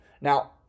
Now